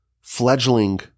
fledgling